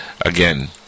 again